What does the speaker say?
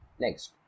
next